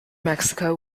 mexico